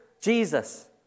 Jesus